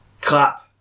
Clap